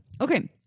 Okay